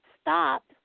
stop